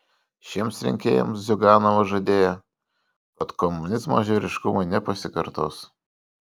šiems rinkėjams ziuganovas žadėjo kad komunizmo žvėriškumai nepasikartos